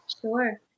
Sure